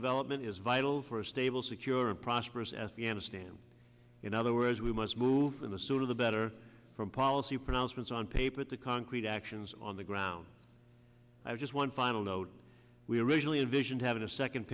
development is vital for a stable secure and prosperous afghanistan in other words we must move in the sooner the better from policy pronouncements on paper at the concrete actions on the ground i have just one final note we originally envisioned having a second